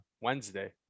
Wednesday